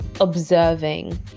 observing